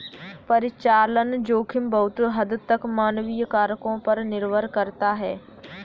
परिचालन जोखिम बहुत हद तक मानवीय कारकों पर निर्भर करता है